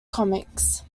comics